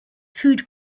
food